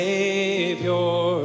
Savior